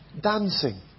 dancing